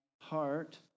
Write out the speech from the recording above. heart